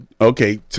okay